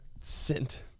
scent